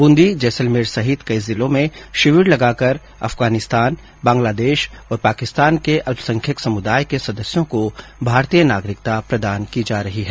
बूंदी जैसलमेर सहित कई जिलों में शिविर लगाकर अफगानिस्तान बांग्लादेश और पाकिस्तान के अल्पसंख्यक समुदाय के सदस्यों को भारतीय नागरिकता प्रदान की जा रही है